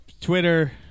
Twitter